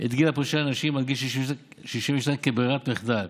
את גיל הפרישה לנשים על גיל 62 כברירת מחדל.